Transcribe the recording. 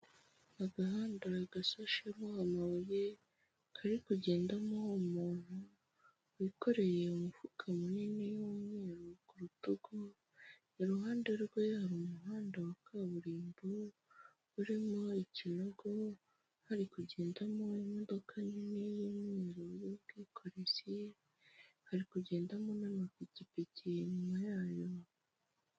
Agahanda gashashemo amabuye, kari kugendamo umuntu wikoreye umufuka munini w'umweru ku rutugu, iruhande rwe hari umuhanda wa kaburimbo, urimo ikinogo, hari kugendamo imodoka nini y'umweru y'ubwikorezi, hari kugendamo n'amapikipiki inyuma yayo.